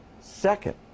Second